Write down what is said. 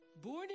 Born